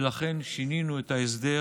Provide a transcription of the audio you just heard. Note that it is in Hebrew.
ולכן שינינו את ההסדר,